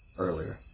earlier